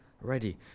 ready